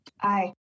Aye